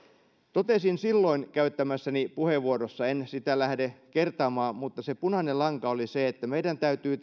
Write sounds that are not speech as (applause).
totesin silloin käyttämässäni puheenvuorossa en sitä lähde kertaamaan mutta se punainen lanka oli se että meidän täytyy (unintelligible)